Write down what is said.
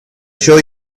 show